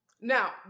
Now